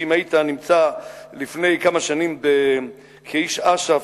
שאם היית נמצא לפני כמה שנים כאיש אש"ף,